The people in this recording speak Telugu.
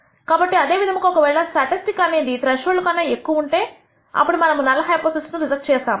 కాబట్టి అదే విధముగా ఒకవేళ స్టాటిస్టిక్ అనేది త్రెష్హోల్డ్ కన్నా ఎక్కువ ఉంటే అప్పుడు మనము నల్ హైపోథిసిస్ ను రిజెక్ట్ చేస్తాము